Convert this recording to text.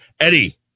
Eddie